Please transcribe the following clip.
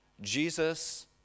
Jesus